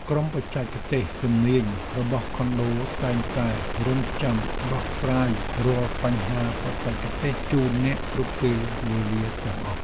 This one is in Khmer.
ក្រុមបច្ចេកទេសជំនាញរបស់ខុនដូតែងតែរង់ចាំដោះស្រាយរាល់បញ្ហាបច្ចេកទេសជូនអ្នកគ្រប់ពេលវេលាទាំងអស់។